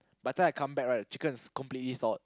by the time I come back right the chicken is completely salt